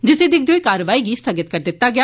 जिस्सी दिक्खदे होई कारवाई गी स्थगित करी दित्ता गेआ